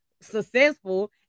successful